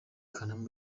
kanama